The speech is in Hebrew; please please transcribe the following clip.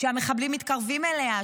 שהמחבלים מתקרבים אליה,